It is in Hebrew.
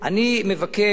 אני מבקש,